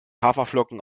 haferflocken